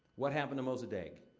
what happened to mossadegh?